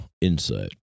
insight